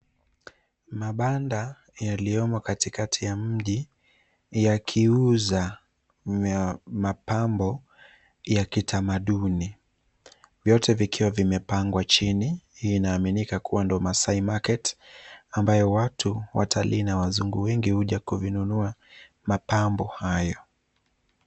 Mabanda yaliyomo katikati ya mji yakiuza mapambo ya kitamaduni. Vyote vikiwa vimepangwa chini hiyo inaaminika kuwa ndio masai market ambayo watu; watalii na wazungu wengi huja kuvinunua mapambo hayo.